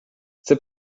chcę